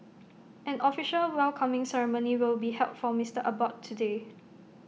an official welcoming ceremony will be held for Mister Abbott today